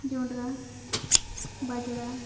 ᱡᱚᱱᱰᱨᱟ ᱵᱟᱡᱽᱲᱟ